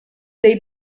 dei